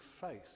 faith